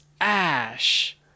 ash